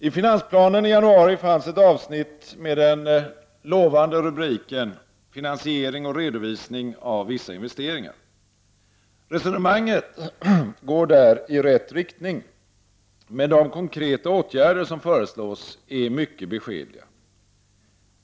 I finansplanen i januari fanns ett avsnitt med den lovande rubriken ”Finansiering och redovisning av vissa investeringar”. Resonemanget går där i rätt riktning, men de konkreta åtgärder som föreslås är mycket beskedliga.